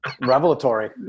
revelatory